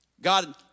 God